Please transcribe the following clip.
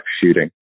shooting